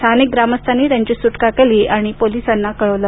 स्थानिक ग्रामस्थांनी त्यांची सुटका केली आणि पोलिसांना कळवलं